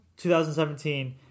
2017